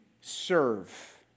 serve